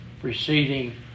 preceding